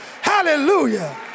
hallelujah